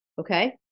okay